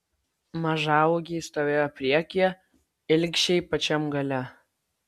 mažaūgiai stovėjo priekyje ilgšiai pačiam gale